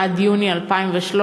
עד יוני 2013,